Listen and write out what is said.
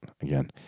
again